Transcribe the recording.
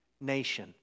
nation